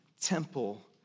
temple